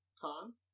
Con